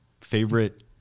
Favorite